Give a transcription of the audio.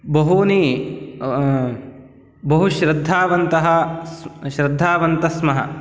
बहूनि बहुश्रद्धावन्तः स् श्रद्धावन्तः स्मः